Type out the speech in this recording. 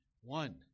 one